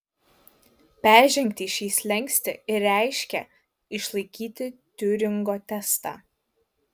peržengti šį slenkstį ir reiškė išlaikyti tiuringo testą